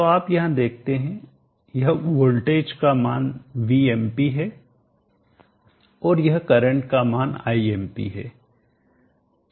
तो आप यहां देखते हैं यह वोल्टेज मान Vmp है और यह करंट मान Imp है